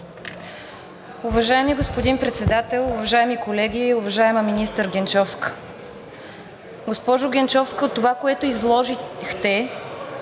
Уважаеми господин Председател, уважаеми колеги, уважаема министър Генчовска! Госпожо Генчовска, от това, което изложихте,